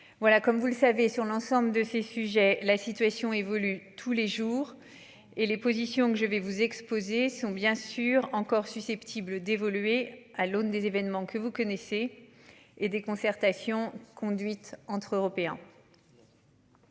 Voilà comme vous le savez sur l'ensemble de ces sujets. La situation évolue tous les jours et les positions que je vais vous exposer sont bien sûr encore susceptible d'évoluer à l'aune des événements que vous connaissez et des concertations conduites entre Européens.